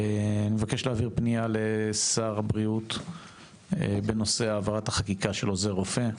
אני מבקש להעביר פנייה לשר הבריאות בנושא העברת החקיקה של עוזר רופא.